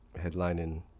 headlining